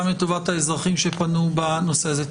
גם לטובת האזרחים שפנו לנושא הזה.